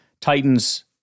Titans